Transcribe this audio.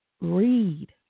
read